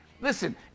Listen